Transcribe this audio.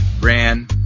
ran